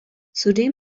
zudem